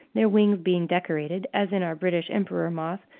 their wings being decorated, as in our british emperor moth,